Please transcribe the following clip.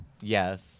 Yes